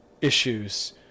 issues